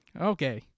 Okay